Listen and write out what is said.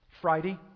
Friday